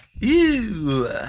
Ew